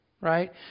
right